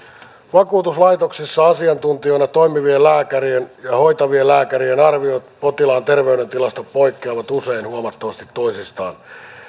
vakuutuslaitoksissa asiantuntijoina toimivien lääkärien ja hoitavien lääkärien arviot potilaan terveydentilasta poikkeavat usein huomattavasti toisistaan